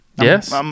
Yes